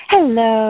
Hello